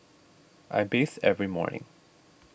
I bathe every morning